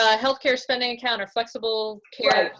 ah healthcare spending account or flexible care.